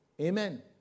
Amen